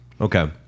Okay